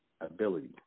ability